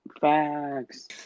Facts